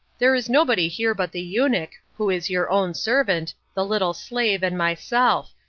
there is nobody here but the eunuch, who is your own servant, the little slave, and myself,